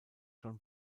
schon